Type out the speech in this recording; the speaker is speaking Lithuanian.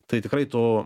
tai tikrai to